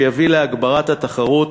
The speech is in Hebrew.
שיביא להגברת התחרות